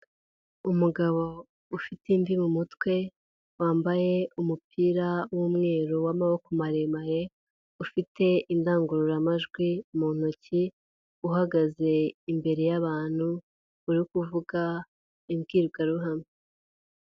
Umugabo ufite imvi mu mutwe wambaye umupira w'umweru w'amaboko maremare ufite indangururamajwi mu ntoki uhagaze imbere y'abantu uri kuvuga imbwirwaruhame.